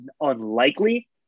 unlikely